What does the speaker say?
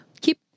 keep